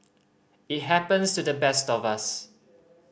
it happens to the best of us